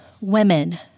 women